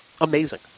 Amazing